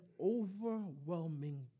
overwhelming